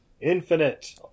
Infinite